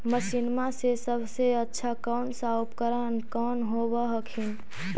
मसिनमा मे सबसे अच्छा कौन सा उपकरण कौन होब हखिन?